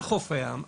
על חוף הים,